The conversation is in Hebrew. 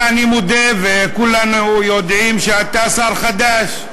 אתה, אני מודה, וכולנו יודעים שאתה שר חדש.